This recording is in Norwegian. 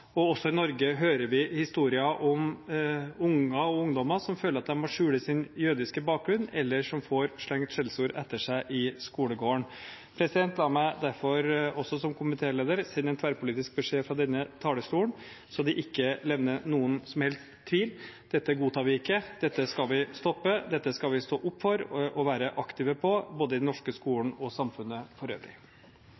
og også i Norge hører vi historier om unger og ungdommer som føler at de må skjule sin jødiske bakgrunn, eller som får slengt skjellsord etter seg i skolegården. La meg derfor også som komitéleder sende en tverrpolitisk beskjed fra denne talerstolen så det ikke levnes noen som helst tvil: Dette godtar vi ikke, dette skal vi stoppe, dette skal vi stå opp for og være aktive på, både i den norske skolen og i samfunnet for øvrig.